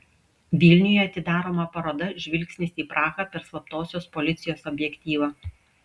vilniuje atidaroma paroda žvilgsnis į prahą per slaptosios policijos objektyvą